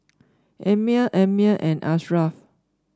Ammir Ammir and Ashraff